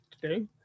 today